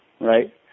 right